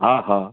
हा हा